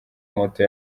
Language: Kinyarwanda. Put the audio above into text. moto